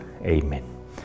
Amen